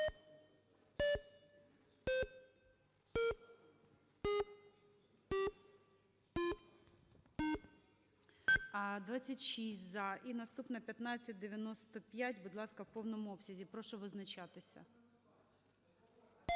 За-26 І наступна – 1595. Будь ласка, в повному обсязі прошу визначатися.